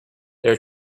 there